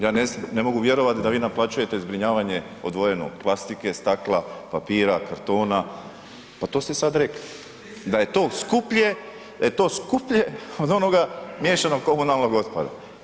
Ja ne mogu vjerovati da vi naplaćujete zbrinjavanje odvojeno plastike, stakla, papira, kartona, …... [[Upadica se ne čuje.]] Pa to ste sada rekli. ... [[Upadica se ne čuje.]] Da je to skuplje, da je to skuplje od onoga miješanog komunalnog otpada.